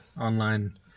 online